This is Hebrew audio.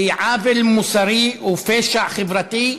הם עוול מוסרי ופשע חברתי,